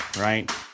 right